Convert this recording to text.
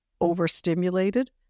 overstimulated